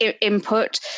input